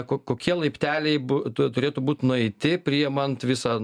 ko kokie laipteliai bū turėtų būt nueiti priimant visą